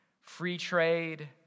free-trade